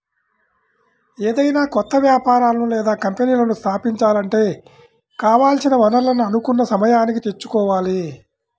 ఏదైనా కొత్త వ్యాపారాలను లేదా కంపెనీలను స్థాపించాలంటే కావాల్సిన వనరులను అనుకున్న సమయానికి తెచ్చుకోవాలి